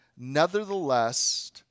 Nevertheless